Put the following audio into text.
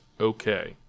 okay